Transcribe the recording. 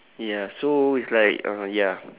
ya so it's like uh ya